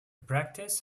practice